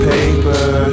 Paper